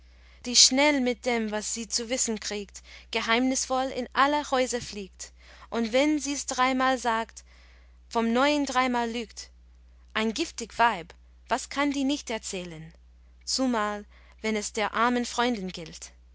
die schnell mit dem was sie zu wissen kriegt geheimnisvoll in alle häuser fliegt und wenn sies dreimal sagt vom neuen dreimal lügt ein giftig weib was kann die nicht erzählen zumal wenn es der armen freundin gilt